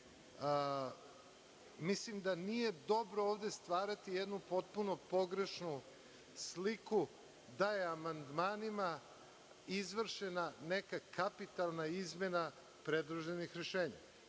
mislim da nije dobro ovde stvarati jednu potpuno pogrešnu sliku da je amandmanima izvršena neka kapitalna izmena predloženih rešenja.